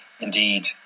indeed